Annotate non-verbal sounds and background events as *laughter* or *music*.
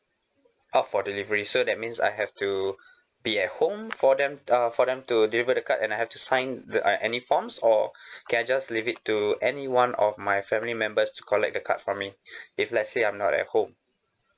opt for delivery so that means I have to be at home for them uh for them to deliver the card and I have to sign the uh any forms or *breath* can I just leave it to any one of my family members to collect the card for me *breath* if let's say I'm not at home